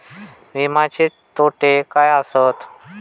विमाचे तोटे काय आसत?